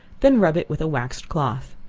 then rub it with a waxed cloth.